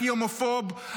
הכי הומופוב,